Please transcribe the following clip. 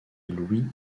louis